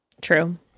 True